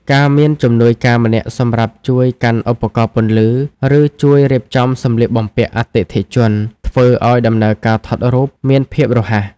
ការមានជំនួយការម្នាក់សម្រាប់ជួយកាន់ឧបករណ៍ពន្លឺ ឬជួយរៀបចំសម្លៀកបំពាក់អតិថិជន ធ្វើឱ្យដំណើរការថតរូបមានភាពរហ័ស។